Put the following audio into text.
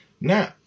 Now